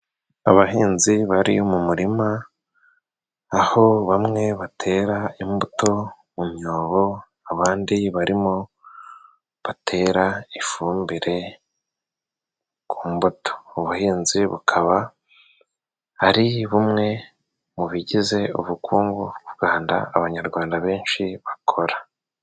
Abahinzi bari mu murima aho bamwe batera imbuto mu myobo, abandi barimo batera ifumbire ku mbuto. Ubuhinzi bukaba ari bumwe mu bigize ubukungu bw'u Rwanda abanyarwanda benshi bakora.